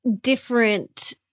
different